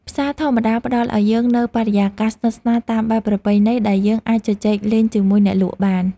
ផ្សារធម្មតាផ្តល់ឱ្យយើងនូវបរិយាកាសស្និទ្ធស្នាលតាមបែបប្រពៃណីដែលយើងអាចជជែកលេងជាមួយអ្នកលក់បាន។